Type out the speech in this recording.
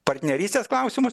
partnerystės klausimus